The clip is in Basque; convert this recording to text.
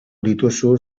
dituzu